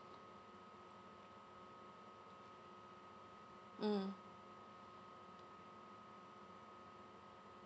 mm